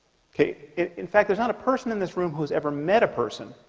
okay in fact there's not a person in this room. who's ever met a person?